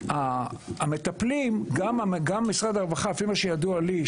לפי מה שידוע לי,